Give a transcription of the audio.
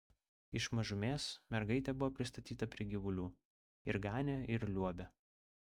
iš mažumės mergaitė buvo pristatyta prie gyvulių ir ganė ir liuobė